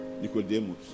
Nicodemus